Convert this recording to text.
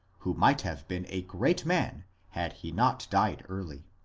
who might have been a great man had he not died early.